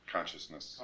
Consciousness